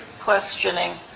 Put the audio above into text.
questioning